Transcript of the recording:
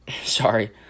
Sorry